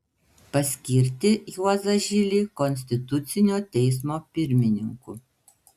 paskirti juozą žilį konstitucinio teismo pirmininku